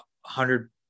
hundred